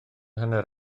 hanner